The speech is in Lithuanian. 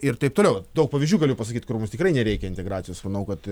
ir taip toliau daug pavyzdžių galiu pasakyt kur mums tikrai nereikia integracijos manau kad